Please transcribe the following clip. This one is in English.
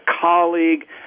colleague